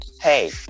Hey